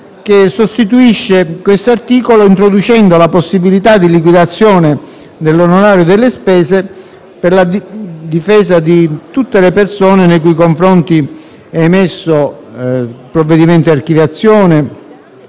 che sostituisce l'articolo introducendo la possibilità di liquidazione dell'onorario delle spese per la difesa di tutte le persone nei cui confronti è emesso provvedimento di archiviazione,